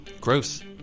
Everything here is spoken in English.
gross